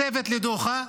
צוות לדוחא,